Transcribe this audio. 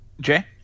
Jay